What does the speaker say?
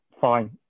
fine